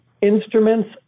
instruments